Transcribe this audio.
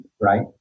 right